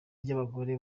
ry’abagore